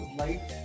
light